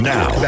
Now